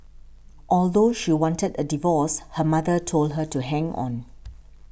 although she wanted a divorce her mother told her to hang on